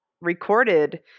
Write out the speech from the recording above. recorded